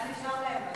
מה נשאר להם בסוף?